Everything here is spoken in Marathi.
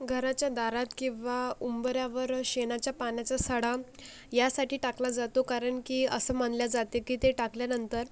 घराच्या दारात किंवा उंबऱ्यावर शेणाच्या पाण्याचा सडा यासाठी टाकला जातो कारण की असं मानल्या जातं की ते टाकल्यानंतर